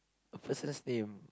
a person's name